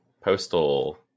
postal